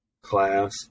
class